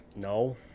No